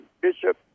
Bishop